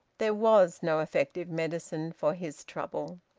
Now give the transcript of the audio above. there was no effective medicine for his trouble.